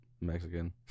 Mexican